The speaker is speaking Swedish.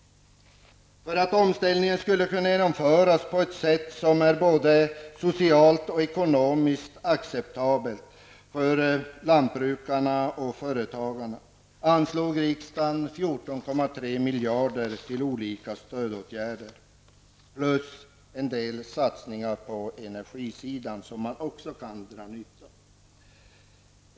För att omställningen skulle kunna genomföras på ett för lantbrukarna och företagarna både socialt och ekonomiskt acceptabelt sätt anslog riksdagen 14,3 miljarder kronor till olika stödåtgärder. Därtill kommer en del satsningar på energisidan, som man också kan dra nytta av.